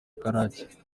karake